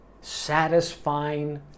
satisfying